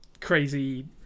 crazy